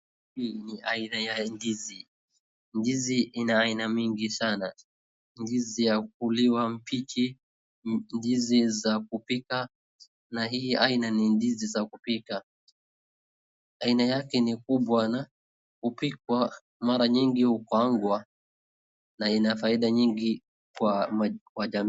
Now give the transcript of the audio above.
Hii ni aina ya ndizi, ndizi ina iana mingi sana ndizi ya kuliwa mbichi, ndizi za kupika na hii aina ni ndizi za kupika. Aina yake ni kubwa na hupikwa mara mingi hukaangwa na ina faida nyingi kwa jamii.